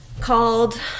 Called